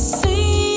see